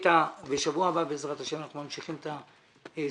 בשבוע הבא, בעזרת השם, אנחנו ממשיכים את ה-CRS.